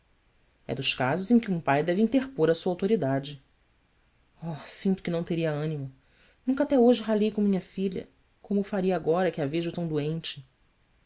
é dos casos em que um pai deve interpor a sua autoridade h sinto que não teria ânimo nunca até hoje ralhei com minha filha como o faria agora que a vejo tão doente